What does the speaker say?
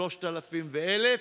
3,000 ו-1,000?